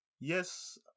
yes